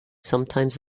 sometimes